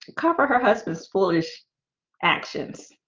cover her husband's foolish actions